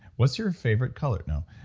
what's your favorite color? no!